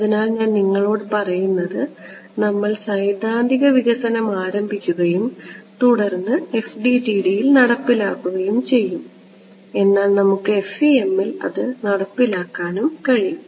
അതിനാൽ ഞാൻ നിങ്ങളോട് പറയുന്നത് നമ്മൾ സൈദ്ധാന്തിക വികസനം ആരംഭിക്കുകയും തുടർന്ന് FDTD യിൽ നടപ്പിലാക്കുകയും ചെയ്യും എന്നാൽ നമുക്ക് FEM ൽ അത് നടപ്പിലാക്കാനും കഴിയും